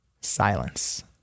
Silence